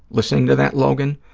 listening to that, logan,